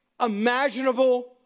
imaginable